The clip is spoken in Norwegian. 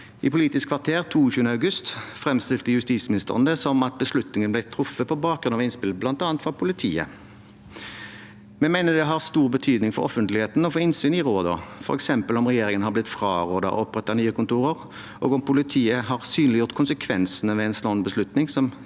I Politisk kvarter 22. august fremstilte justisministeren det som at beslutningen ble truffet på bakgrunn av innspill bl.a. fra politiet. Vi mener det har stor betydning for offentligheten å få innsyn i rådene, f.eks. om regjeringen har blitt frarådet å opprette nye kontorer, og om politiet har synliggjort konsekvensene ved en slik beslutning,